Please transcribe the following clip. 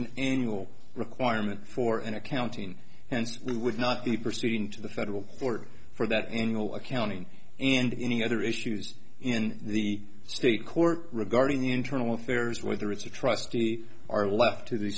an annual requirement for an accountant and would not be pursued into the federal court for that angle accounting and any other issues in the state court regarding the internal affairs whether it's a trustee are left to the